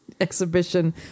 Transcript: exhibition